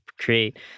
create